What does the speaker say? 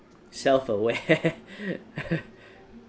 self aware